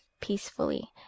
peacefully